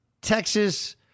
Texas